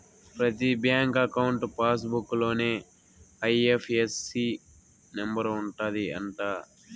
ప్రతి bank account passbook లోనే IFSC number ఉంటది అంట